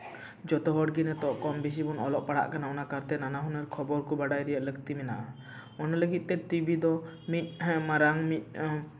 ᱡᱚᱛᱦᱚᱲ ᱜᱮ ᱱᱤᱛᱚᱜ ᱠᱚᱢ ᱵᱮᱥᱤ ᱵᱚᱱ ᱚᱞᱚᱜ ᱯᱟᱲᱦᱟᱜ ᱠᱟᱱᱟ ᱚᱱᱟ ᱠᱟᱨᱛᱮ ᱱᱟᱱᱟᱦᱩᱱᱟᱹᱨ ᱠᱷᱚᱵᱚᱨ ᱵᱟᱰᱟᱭ ᱨᱮᱭᱟᱜ ᱞᱟᱹᱠᱛᱤ ᱢᱮᱱᱟᱜᱼᱟ ᱚᱱᱟ ᱞᱟᱹᱜᱤᱫ ᱛᱮ ᱴᱤᱵᱷᱤ ᱫᱚ ᱢᱟᱨᱟᱝ ᱢᱤᱫ